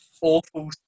awful